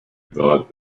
about